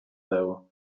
though